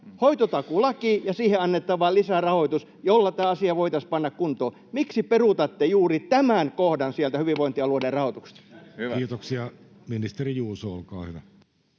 hoitotakuulaki ja siihen annettava lisärahoitus, joilla tämä asia voitaisiin panna kuntoon. Miksi peruutatte juuri tämän kohdan sieltä hyvinvointialueiden rahoituksesta? Kiitoksia. — Ministeri Juuso, olkaa hyvä.